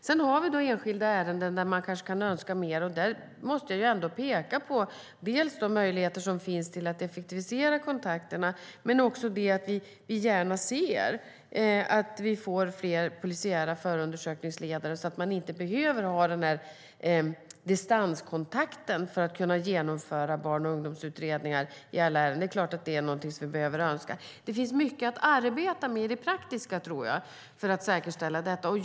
Sedan har vi enskilda ärenden där man kan önska mer. Där måste jag peka på de möjligheter som finns till att effektivisera kontakterna, men också på att vi gärna ser att det blir fler polisiära förundersökningsledare, så att man inte behöver ha distanskontakt för att kunna genomföra barn och ungdomsutredningar i alla ärenden. Det är klart att det är någonting som vi önskar. Det finns mycket att arbeta med i det praktiska för att säkerställa detta, tror jag.